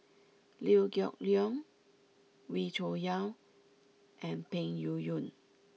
Liew Geok Leong Wee Cho Yaw and Peng Yuyun